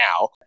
now